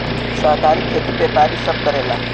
सहकारी खेती व्यापारी सब करेला